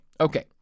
okay